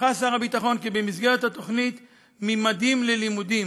הנחה שר הביטחון כי במסגרת התוכנית "ממדים ללימודים",